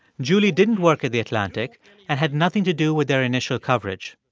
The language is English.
julie didn't work at the atlantic and had nothing to do with their initial coverage.